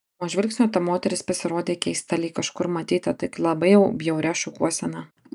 iš pirmo žvilgsnio ta moteris pasirodė keista lyg kažkur matyta tik labai jau bjauria šukuosena